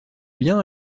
bien